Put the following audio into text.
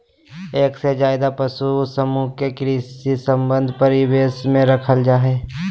एक से ज्यादे पशु समूह के कृषि संबंधी परिवेश में रखल जा हई